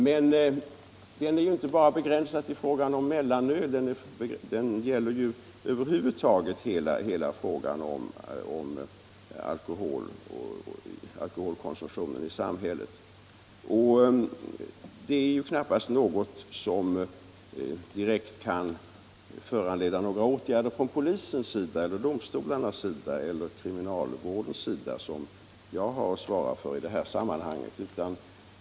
Men detta är inte begränsat till frågan om mellanölet, utan det gäller över huvud taget frågan om alkoholkonsumtionen i samhället. 53 Detta är knappast något som kan föranleda direkta åtgärder från polisens, domstolarnas eller kriminalvårdens sida, vilka är de områden som jag har att svara för i det här sammanhanget.